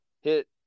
hit